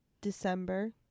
December